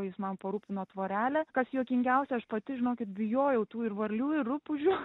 jis man parūpino tvorelę kas juokingiausia aš pati žinokit bijojau tų ir varlių ir rupūžių